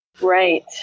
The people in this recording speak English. Right